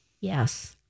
Yes